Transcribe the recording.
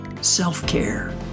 self-care